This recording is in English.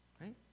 right